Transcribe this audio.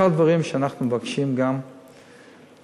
אחד הדברים שאנחנו מבקשים גם לעשות,